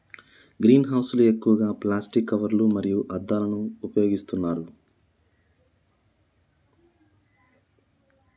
green house లు ఎక్కువగా plastic కవర్లు మరియు అద్దాలను ఉపయోగిస్తున్నారు